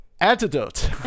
Antidote